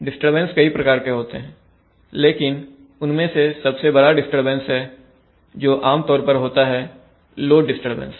disturbance कई प्रकार के होते हैं लेकिन उनमें से सबसे बढ़ा डिस्टरबेंस है जो आमतौर पर होता है लोड डिस्टरबेंस